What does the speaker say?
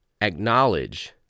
Acknowledge